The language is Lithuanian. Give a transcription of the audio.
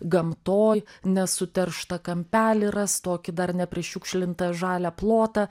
gamtoj nesuterštą kampelį rast tokį dar neprišiukšlintą žalią plotą